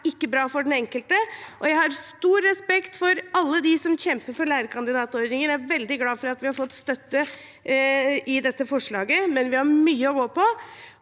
ikke bra for den enkelte, og jeg har stor respekt for alle dem som kjemper for lærekandidatordningen. Jeg er veldig glad for at vi har fått støtte til dette forslaget, men vi har mye å gå på.